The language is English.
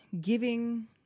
giving